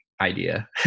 idea